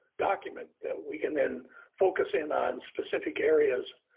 document that we can then focus in on specific areas,